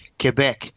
Quebec